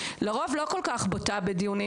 ולרוב אני לא כל כך בוטה בדיונים,